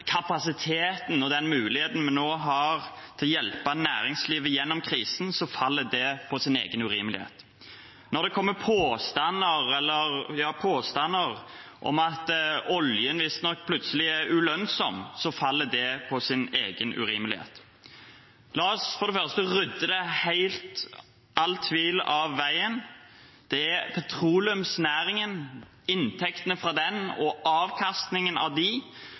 hjelpe næringslivet gjennom krisen, faller på sin egen urimelighet. Påstanden om at oljen visstnok plutselig er ulønnsom, faller på sin egen urimelighet. La oss for det første rydde all tvil av veien: Inntektene fra petroleumsnæringen og avkastningen fra den finansierer nå hele redningen av norsk næringsliv. Ja, andre land leverer også krisepakker, men de